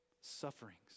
sufferings